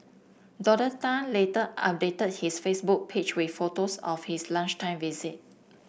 Doctor Tan later updated his Facebook page with photos of his lunchtime visit